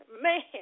Man